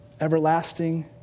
Everlasting